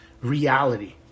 reality